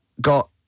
got